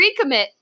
recommit